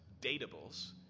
datables